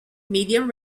medium